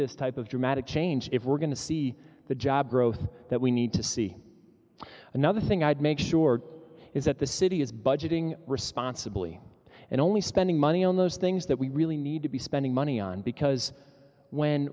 this type of dramatic change if we're going to see the job growth that we need to see another thing i'd make sure is that the city is budgeting responsibly and only spending money on those things that we really need to be spending money on because when